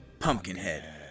Pumpkinhead